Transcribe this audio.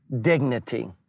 dignity